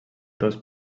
dos